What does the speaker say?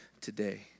today